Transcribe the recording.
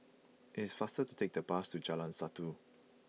it is faster to take the bus to Jalan Satu